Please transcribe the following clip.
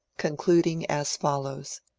concludiqg as follows